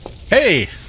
Hey